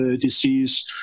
disease